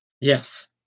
Yes